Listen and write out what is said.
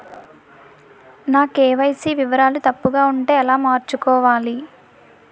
నా కే.వై.సీ వివరాలు తప్పుగా ఉంటే ఎలా మార్చుకోవాలి?